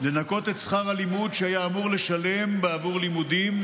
שכר הלימוד שהיה אמור לשלם בעבור לימודים